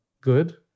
good